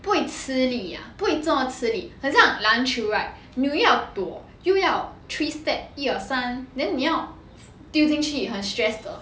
不会吃力啊不会这么吃力很像篮球 right 你又要躲有要 three step 一二三 then 你要丢进去很 stress 的